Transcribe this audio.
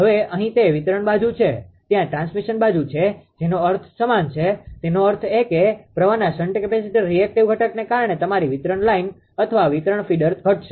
હવે અહીં તે વિતરણ બાજુ છે ત્યાં ટ્રાન્સમિશન બાજુ છે જેનો અર્થ સમાન છે તેનો અર્થ એ કે પ્રવાહના શન્ટ કેપેસિટર રિએક્ટિવ ઘટકને કારણે તમારી વિતરણ લાઇન અથવા વિતરણ ફીડર ઘટશે